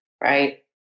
right